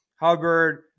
Hubbard